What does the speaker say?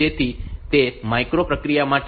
તેથી તે માઇક્રો પ્રક્રિયા માટે 3